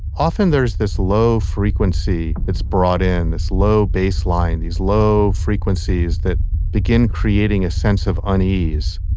often there's this low frequency that's brought in, this low baseline, these low frequencies that begin creating a sense of unease.